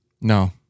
No